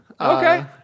Okay